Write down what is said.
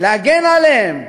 להגן עליהם,